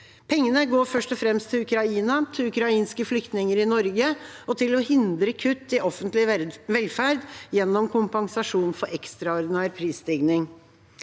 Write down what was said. Pengene går først og fremst til Ukraina, til ukrainske flyktninger i Norge og til å hindre kutt i offentlig velferd gjennom kompensasjon for ekstraordinær prisstigning.